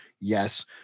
Yes